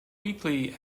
weekly